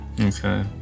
okay